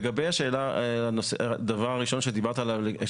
לגבי הנושא הראשון שדיברת עליו,